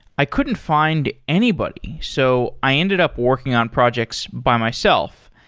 i couldn't find anybody. so, i ended up working on projects by myself.